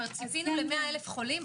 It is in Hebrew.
ציפינו ל-100,000 חולים,